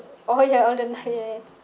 oh you all the ya ya